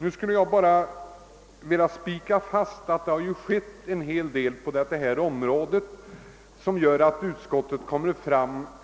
Nu vill jag bara slå fast att det har hänt en del på detta område som gör att ut skottet har stannat för